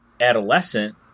adolescent